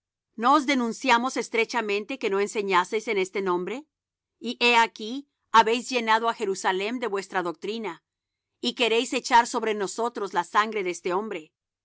os denunciamos estrechamente que no enseñaseis en este nombre y he aquí habéis llenado á jerusalem de vuestra doctrina y queréis echar sobre nosotros la sangre de este hombre